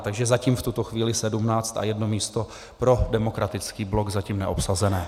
Takže zatím v tuto chvíli 17 a jedno místo pro Demokratický blok zatím neobsazené.